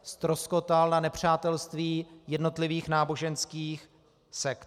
Ztroskotal na nepřátelství jednotlivých náboženských sekt.